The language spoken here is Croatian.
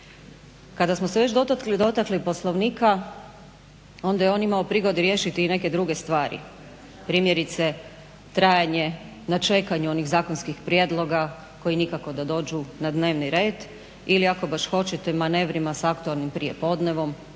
Kada smo se već dotakli Poslovnika onda je on imao prigodu riješiti i neke druge stvari, primjerice na trajanje onih zakonskih prijedloga koji nikako da dođu na dnevni red ili ako baš hoćete sa manevrima aktualnim prijepodnevom,